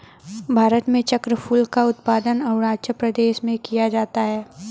भारत में चक्रफूल का उत्पादन अरूणाचल प्रदेश में किया जाता है